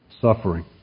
suffering